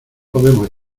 podemos